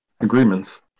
agreements